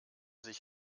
sich